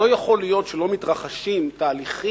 לא יכול להיות שלא מתרחשים תהליכים